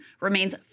remains